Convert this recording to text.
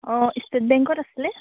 অঁ ষ্টেট বেংকত আছিলে